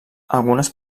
algunes